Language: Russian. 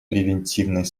превентивной